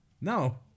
No